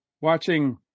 watching